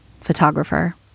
photographer